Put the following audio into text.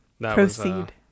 proceed